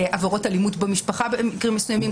עבירות אלימות במשפחה במקרים מסוימים,